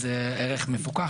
זה ערך מפוקח,